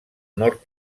nord